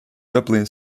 dublin